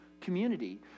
community